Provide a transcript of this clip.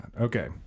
Okay